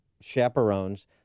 chaperones